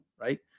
right